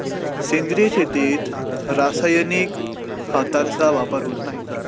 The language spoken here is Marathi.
सेंद्रिय शेतीत रासायनिक खतांचा वापर होत नाही